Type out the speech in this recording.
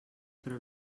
però